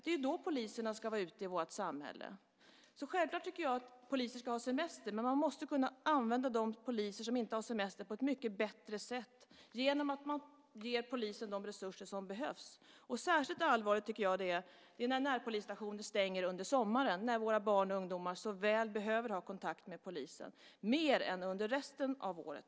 Det är ju då poliserna ska vara ute i vårt samhälle. Självklart tycker jag att poliser ska ha semester, men man måste kunna använda de poliser som inte har semester på ett mycket bättre sätt genom att ge polisen de resurser som behövs. Särskilt allvarligt tycker jag att det är när närpolisstationer stänger under sommaren när våra barn och ungdomar så väl behöver ha kontakt med polisen, mer än under resten av året.